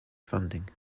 funding